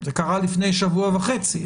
זה קרה לפני שבוע וחצי,